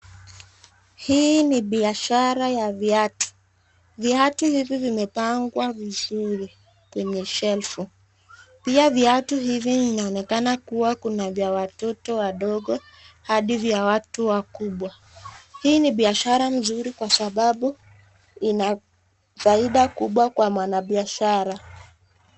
Hii ni biashara ya viatu, viatu hizi vimepangwa vizuri kwenye shelfu, pia viatu hivi vinaonekana kuwa kuna vya watoto wadogo hadi vya watu wakubwa. Hii ni biashara nzuri kwa sababu ina faida kubwa kwa mwanabiashara.